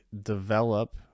develop